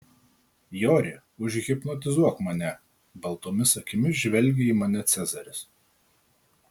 jori užhipnotizuok mane baltomis akimis žvelgė į mane cezaris